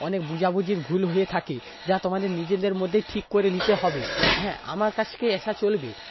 অনেক বোঝাবুঝির ভুল হয়ে থাকে যা তোমাদের নিজেদের মধ্যেই ঠিক করে নিতে হবে হ্যাঁ আমার কাছে আসা চলবে